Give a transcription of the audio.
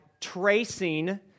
tracing